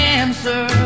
answer